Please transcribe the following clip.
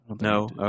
No